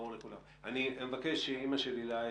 נמצאת אתנו אימא של עילי